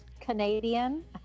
Canadian